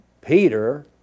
Peter